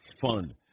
fun